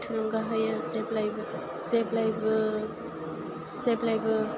जेब्लायबो जेब्लायबो जेब्लायबो